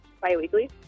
bi-weekly